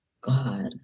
God